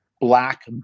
black